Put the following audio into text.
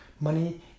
money